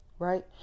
right